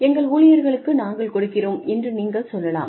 எங்கள் ஊழியர்களுக்கு நாங்கள் கொடுக்கிறோம் என்று நீங்கள் சொல்லலாம்